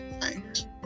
thanks